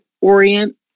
orient